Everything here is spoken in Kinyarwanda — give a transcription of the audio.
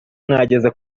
mwageze